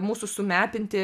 mūsų sumepinti